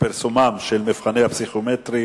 ופרסומם של המבחנים הפסיכומטריים